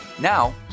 Now